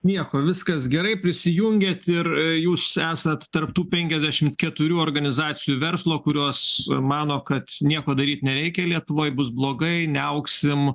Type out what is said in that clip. nieko viskas gerai prisijungėt ir jūs esat tarp tų penkiasdešimt keturių organizacijų verslo kurios mano kad nieko daryt nereikia lietuvoj bus blogai neaugsim